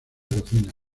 cocina